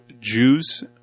Jews